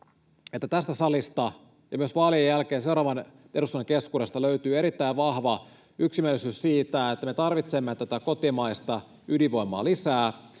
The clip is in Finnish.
että tästä salista, ja myös vaalien jälkeen seuraavan eduskunnan keskuudesta, löytyy erittäin vahva yksimielisyys siitä, että me tarvitsemme tätä kotimaista ydinvoimaa lisää,